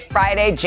Friday